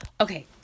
Okay